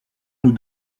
nous